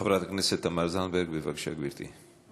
חברת הכנסת תמר זנדברג, בבקשה, גברתי.